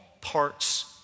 parts